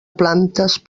plantes